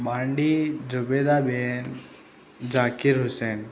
Bandi Zubedaben Zakirhussain